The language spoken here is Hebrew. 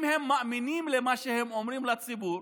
אם הם מאמינים למה שהם אומרים לציבור,